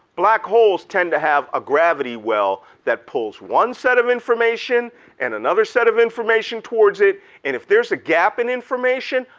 black holes tend to have a gravity well that pulls one set of information and another set of information towards it and if there's a gap in information,